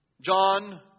John